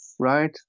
right